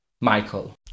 Michael